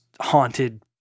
haunted